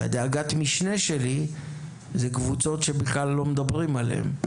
דאגת המשנה שלי היא קבוצות שבכלל לא מדברים עליהן,